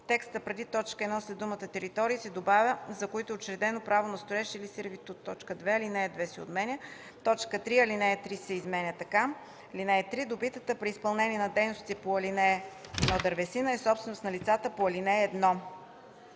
текста преди т. 1 след думата „територии” се добавя „за които е учредено право на строеж или сервитут”. 2. Алинея 2 се отменя. 3. Алинея 3 се изменя така: „(3) Добитата при изпълнение на дейностите по ал. 1 дървесина е собственост на лицето по ал. 1.”